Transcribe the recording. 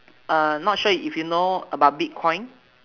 uh not sure if you know about bitcoin